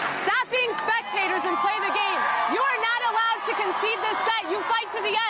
stop being spectators and play the you're not allowed to concede this set you fight to the yeah